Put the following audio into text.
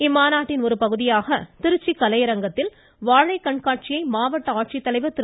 இம்மாநாட்டின் ஒரு பகுதியாக திருச்சி கலையரங்கத்தில் வாழை கண்காட்சியை மாவட்ட ஆட்சித்தலைவர் திரு